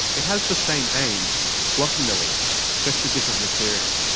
it has the same aim blocking the leak just a different material.